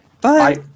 Bye